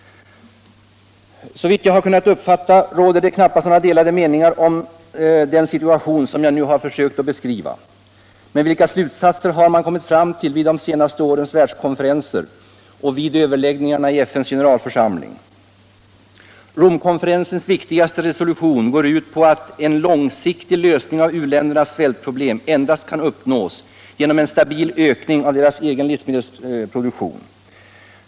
Såvitt jag kunnat uppfatta råder knappast några delade meningar om den situation jag nu försökt beskriva. Men vilka slutsatser har man kommit fram till vid de senaste årens världskonferenser och vid överläggningarna i FN:s gencralförsamling? Romkonferensens viktigaste resolution går ut på att en långsiktig lösning av u-ländernas sviältproblem endast kan uppnås genom cen stabil ökning av deras egen livsmedelsproduktion.